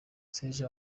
sheja